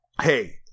hey